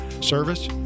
service